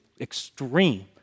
extreme